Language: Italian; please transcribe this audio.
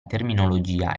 terminologia